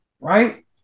Right